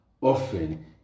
often